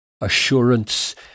assurance